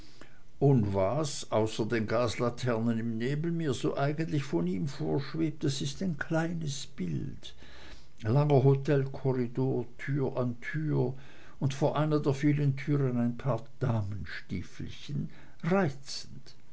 und was außer den gaslaternen im nebel mir so eigentlich von ihm vorschwebt das ist ein kleines bild langer hotelkorridor tür an tür und vor einer der vielen türen ein paar damenstiefelchen reizend